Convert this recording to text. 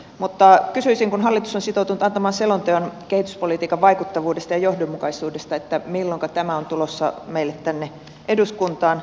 mutta kysyisin kun hallitus on sitoutunut antamaan selonteon kehityspolitiikan vaikuttavuudesta ja johdonmukaisuudesta että milloinka tämä on tulossa meille tänne eduskuntaan